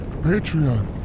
Patreon